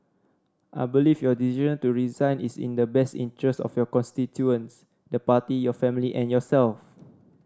I believe your decision to resign is in the best interest of your constituents the party your family and yourself